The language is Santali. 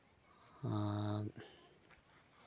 ᱟᱨ